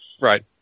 Right